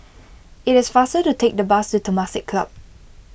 it is faster to take the bus to Temasek Club